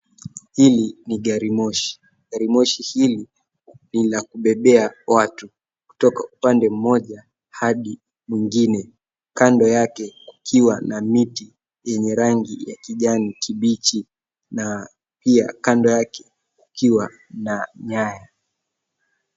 Hili ni gari moshi, gari moshi hili ni la kubebea watu kutoka upande mmoja hadi mwingine. Kando yake kukiwa na miti yenye rangi ya kijani kibichi na pia kando yake kukiwa na nyaya.